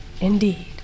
Indeed